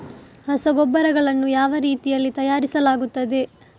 ರಸಗೊಬ್ಬರಗಳನ್ನು ಯಾವ ರೀತಿಯಲ್ಲಿ ತಯಾರಿಸಲಾಗುತ್ತದೆ?